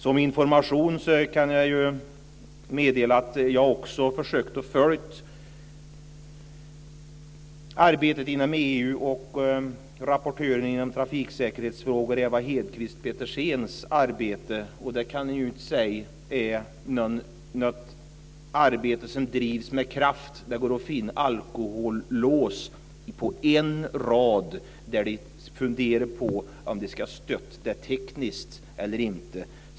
Som information kan jag meddela att jag också försökt att följa arbetet inom EU och rapporteringen om trafiksäkerhetsfrågor och Ewa Hedkvist Petersens arbete. Jag kan inte säga att det är ett arbete som drivs med kraft. Det går att finna alkohollås på en rad där man funderar på om man ska stödja det tekniskt eller inte.